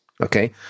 Okay